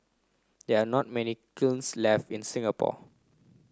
there are not many kilns left in Singapore